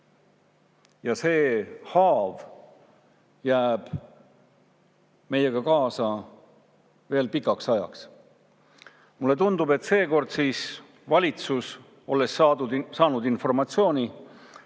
Ja see haav jääb meiega veel pikaks ajaks. Mulle tundub, et seekord siis valitsus, olles saanud informatsiooni,